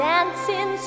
Dancing